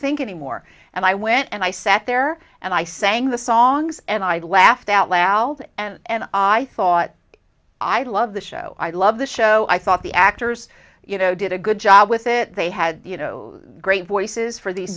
think anymore and i went and i sat there and i sang the songs and i laughed out loud and i thought i love the show i love the show i thought the actors you know did a good job with it they had great voices for these